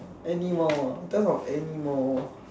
animal ah in terms of animal